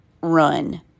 run